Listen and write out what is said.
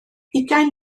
ugain